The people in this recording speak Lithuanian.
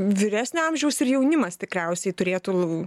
vyresnio amžiaus ir jaunimas tikriausiai turėtų